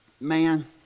Man